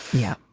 yeah.